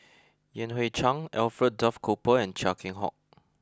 Yan Hui Chang Alfred Duff Cooper and Chia Keng Hock